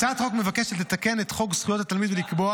הצעת החוק מבקשת לתקן את חוק זכויות התלמיד ולקבוע